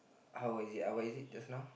how was it uh what is it just now